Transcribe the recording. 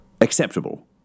Acceptable